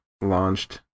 launched